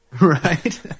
Right